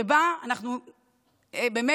שבה אנחנו באמת,